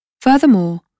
Furthermore